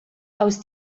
aus